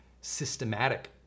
systematic